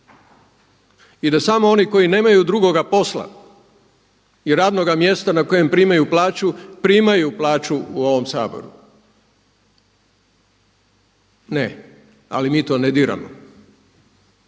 i da samo oni koji nemaju drugoga posla i radnoga mjesta na kojem primaju plaću primaju plaću u ovom Saboru. Ne, ali mi to ne diramo.